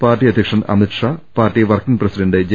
party അധ്യക്ഷൻ Amit Shah party working president J